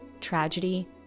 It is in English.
tragedy